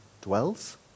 dwells